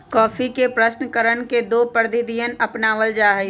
coffee के प्रशन करण के दो प्रविधियन अपनावल जा हई